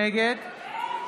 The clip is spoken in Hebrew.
נגד איך,